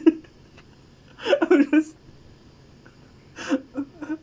all this